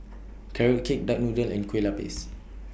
Carrot Cake Duck Noodle and Kue Lupis